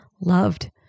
loved